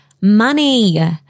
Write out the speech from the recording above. money